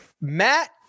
Matt